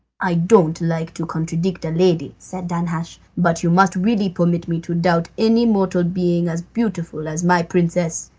i don't like to contradict a lady, said danhasch, but you must really permit me to doubt any mortal being as beautiful as my princess.